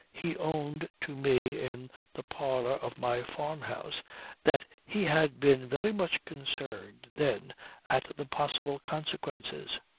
he owned to me in the parlour of my farmhouse that he had been very much concerned then at the possible consequences.